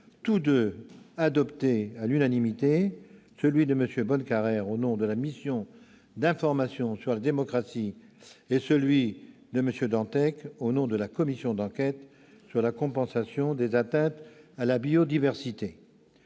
tous deux adoptés à l'unanimité : celui de M. Bonnecarrère, au nom de la mission d'information sur la démocratie, et celui de M. Dantec, au nom de la commission d'enquête sur la compensation des atteintes à la biodiversité.